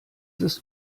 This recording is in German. ist